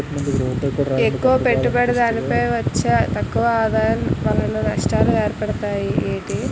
ఎక్కువ పెట్టుబడి దానిపై వచ్చే తక్కువ ఆదాయం వలన నష్టాలు ఏర్పడతాయి